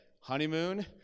honeymoon